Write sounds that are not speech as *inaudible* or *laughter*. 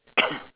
*coughs*